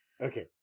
Okay